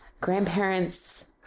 grandparents